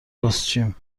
پستچیم